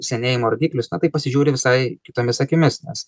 senėjimo rodiklius na tai pasižiūri visai kitomis akimis nes